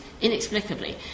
inexplicably